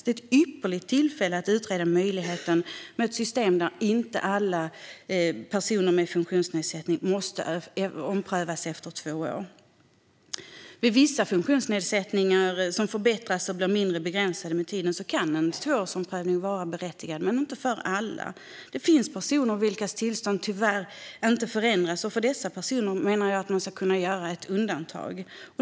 Det är ett ypperligt tillfälle att utreda möjligheten med ett system där inte alla personer med funktionsnedsättning måste omprövas efter två år. Vid vissa funktionsnedsättningar som förbättras och blir mindre begränsande med tiden kan en tvåårsomprövning vara berättigad, men det gäller inte för alla. Det finns personer vilkas tillstånd tyvärr inte förändras, och för dessa personer menar jag att man ska kunna göra undantag.